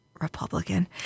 Republican